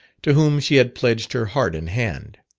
to whom she had pledged her heart and hand.